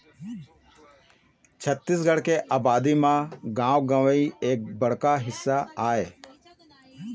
छत्तीसगढ़ के अबादी म गाँव गंवई एक बड़का हिस्सा आय